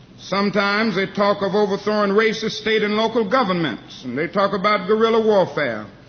sometimes they talk of overthrowing racist state and local governments and they talk about guerrilla warfare.